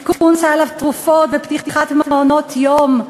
עדכון סל התרופות ופתיחת מעונות-יום,